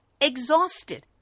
exhausted